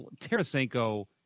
Tarasenko